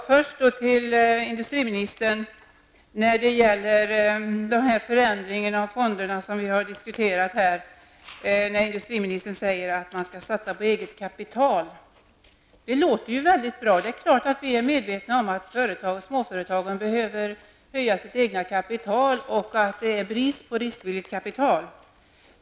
Fru talman! När det gäller den förändring av fonderna som vi här har diskuterat säger industriministern att man skall satsa på eget kapital. Det låter ju väldigt bra. Vi är självfallet medvetna om att småföretagen behöver öka sitt eget kapital och att det finns brist på riskvilligt kapital.